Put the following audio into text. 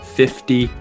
fifty